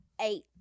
Eight